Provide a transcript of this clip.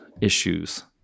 issues